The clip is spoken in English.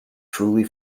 truly